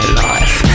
life